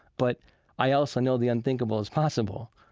but i also know the unthinkable is possible.